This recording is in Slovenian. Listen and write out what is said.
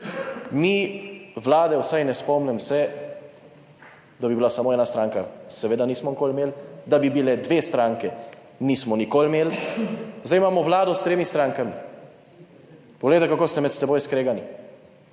Mi vlade, vsaj ne spomnim se, da bi bila samo ena stranka - seveda nismo nikoli imeli. Da bi bile, dve stranki, nismo nikoli imeli. Zdaj imamo vlado s tremi strankami - poglejte, kako ste med seboj skregani,